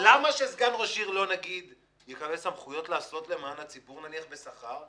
למה שסגן ראש עיר לא יקבל נניח סמכויות לעשות למען הציבור בשכר?